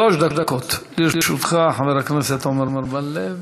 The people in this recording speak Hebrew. שלוש דקות לרשותך, חבר הכנסת עמר בר-לב.